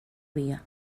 via